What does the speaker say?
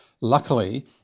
Luckily